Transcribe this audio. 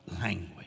language